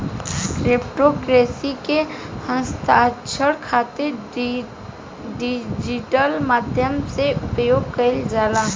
crypto currency के हस्तांतरण खातिर डिजिटल माध्यम से उपयोग कईल जाला